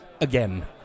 again